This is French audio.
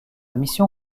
mission